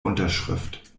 unterschrift